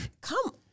Come